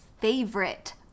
favorite